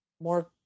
more